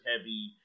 heavy